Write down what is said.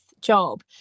job